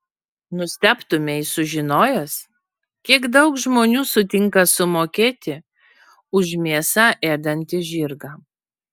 nustebtumei sužinojęs kiek daug žmonių sutinka sumokėti už mėsą ėdantį žirgą